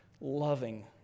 Loving